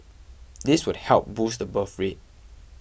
this would help boost the birth rate